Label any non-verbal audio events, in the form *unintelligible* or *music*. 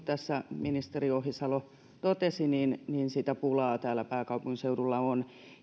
*unintelligible* tässä ministeri ohisalo totesi niin niin sitä pulaa täällä pääkaupunkiseudulla on